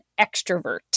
extrovert